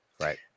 Right